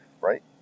right